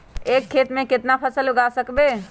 एक खेत मे केतना फसल उगाय सकबै?